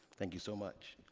thank you so much.